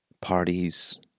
parties